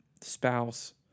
spouse